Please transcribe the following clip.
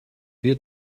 wir